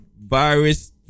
virus